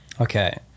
okay